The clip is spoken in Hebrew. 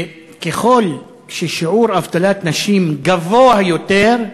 ככל ששיעור אבטלת הנשים גבוה יותר,